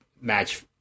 match